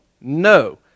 No